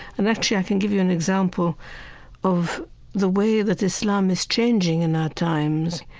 and actually, i can give you an example of the way that islam is changing in our times,